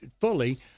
fully